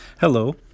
Hello